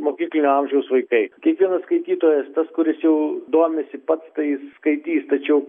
mokyklinio amžiaus vaikai kiekvienas skaitytojas tas kuris jau domisi pats tai jis skaitys tačiau